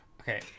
Okay